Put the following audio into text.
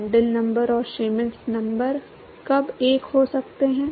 Prandtl number और Schmidt number कब एक हो सकते हैं